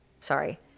Sorry